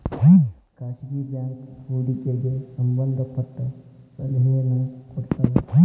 ಖಾಸಗಿ ಬ್ಯಾಂಕ್ ಹೂಡಿಕೆಗೆ ಸಂಬಂಧ ಪಟ್ಟ ಸಲಹೆನ ಕೊಡ್ತವ